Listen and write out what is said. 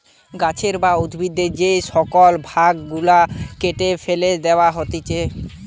গাছের বা উদ্ভিদের যে শুকল ভাগ গুলা কেটে ফেটে দেয়া হতিছে